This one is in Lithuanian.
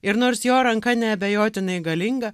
ir nors jo ranka neabejotinai galinga